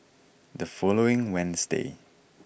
the following Wednesday